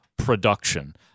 production